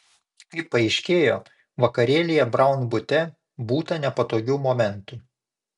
kaip paaiškėjo vakarėlyje braun bute būta nepatogių momentų